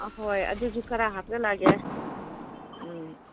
ꯑ ꯍꯣꯏ ꯑꯗꯨꯁꯨ ꯈꯔ ꯍꯥꯞꯆꯤꯜꯂꯛꯑꯒꯦ ꯎꯝ